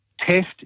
Test